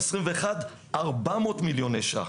400 מיליוני שקלים.